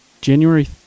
January